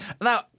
Now